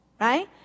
Right